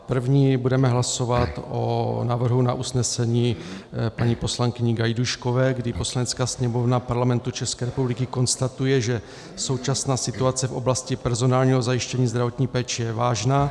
První budeme hlasovat o návrhu na usnesení paní poslankyně Gajdůškové, kdy Poslanecká sněmovna Parlamentu České republiky konstatuje, že současná situace v oblasti personálního zajištění zdravotní péče je vážná.